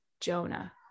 Jonah